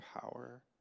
power